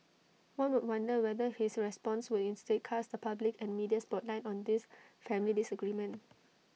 one would wonder whether his response would instead cast the public and media spotlight on this family disagreement